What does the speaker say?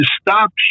stop